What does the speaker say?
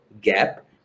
gap